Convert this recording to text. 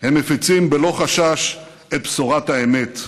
הם מפיצים בלא חשש את בשורת האמת.